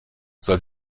soll